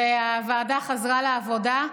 והוועדה חזרה לעבודה.